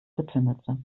zipfelmütze